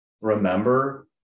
remember